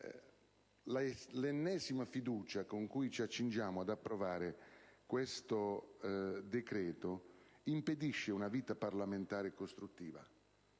l'ennesima fiducia con cui ci accingiamo ad approvare questo decreto impedisce una vita parlamentare costruttiva.